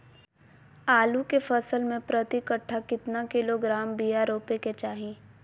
आलू के फसल में प्रति कट्ठा कितना किलोग्राम बिया रोपे के चाहि?